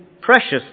precious